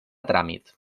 tràmit